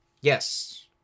Yes